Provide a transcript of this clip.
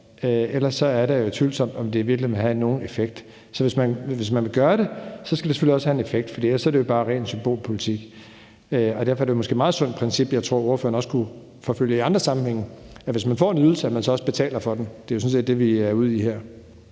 Ellers er det tvivlsomt, om det i virkeligheden vil have nogen effekt. Så hvis man vil gøre det, skal det selvfølgelig også have en effekt, for ellers er det bare ren symbolpolitik. Derfor er det måske et meget sundt princip, som jeg tror at ordføreren også kunne forfølge i andre sammenhænge, at hvis man får en ydelse, så betaler man også for den. Det er sådan set det, vi er ude i her.